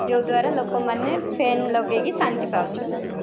ଯେଉଁଦ୍ୱାରା ଲୋକମାନେ ଫ୍ୟାନ୍ ଲଗେଇକି ଶାନ୍ତି ପାଉଛନ୍ତି